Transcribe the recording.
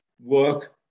work